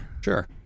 sure